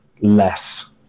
less